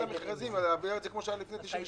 לבטל את המכרזים ולהעביר את זה להיות כפי שהיה לפני 1992,